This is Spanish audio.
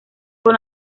con